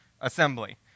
assembly